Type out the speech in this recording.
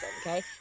okay